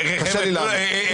קשה לי להאמין.